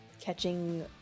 catching